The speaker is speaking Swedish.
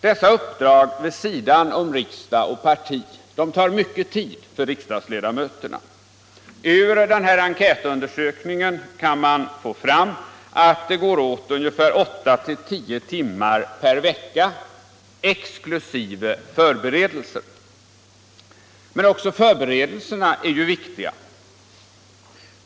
Dessa uppdrag vid sidan av riksdag och parti tar, herr talman, mycket tid för riksdagsledamöterna. Ur enkätundersökningen kan man få fram att det går åt åtta till tio timmar per vecka, exklusive förberedelser. Men också förberedelserna är viktiga.